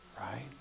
right